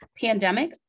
pandemic